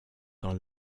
dans